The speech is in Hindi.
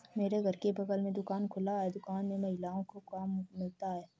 मेरे घर के बगल में दुकान खुला है दुकान में महिलाओं को काम मिलता है